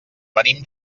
venim